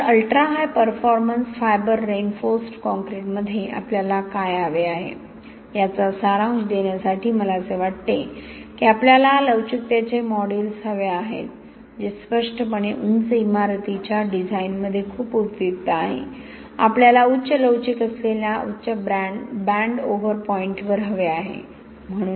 तर ultra high performance fibre reinforced कॉंक्रिटमध्ये performance fiber reinforced concrete आपल्याला काय हवे आहे याचा सारांश देण्यासाठी मला असे वाटते की आपल्याला लवचिकतेचे मॉड्यूलस हवे आहेत जे स्पष्टपणे उंच इमारतीच्या डिझाइनमध्ये खूप उपयुक्त आहे आपल्याला उच्च लवचिक असलेल्या उच्च बँड ओव्हर पॉईंटवर हवे आहे